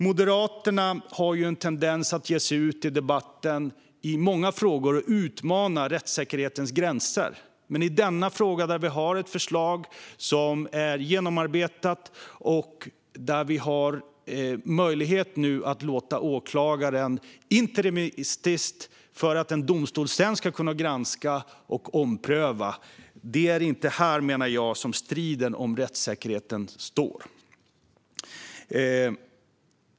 Moderaterna har en tendens att i många frågor i debatten utmana rättssäkerhetens gränser. Men i denna fråga har vi ett förslag som är genomarbetat. Vi har möjlighet att låta åklagaren fatta ett interimistiskt beslut för att en domstol sedan ska kunna granska och ompröva. Jag menar att det inte är här striden om rättssäkerheten står.